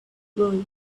boy